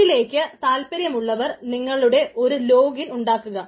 ഇതിലേക്ക് താല്പര്യമുള്ളവർ നിങ്ങളുടെ ഒരു ലോഗിൻ ഉണ്ടാക്കുക